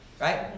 right